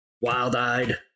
Wild-eyed